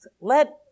Let